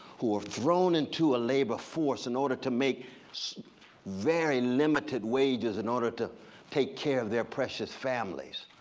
who are thrown into a labor force in order to make very limited wages in order to take care of their precious families.